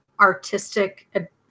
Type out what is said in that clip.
artistic